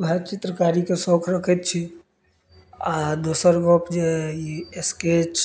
वएह चित्रकारीके शौख रखै छी आ दोसर गप जे ई स्केच